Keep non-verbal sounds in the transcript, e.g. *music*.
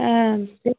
হ্যাঁ *unintelligible*